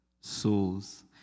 souls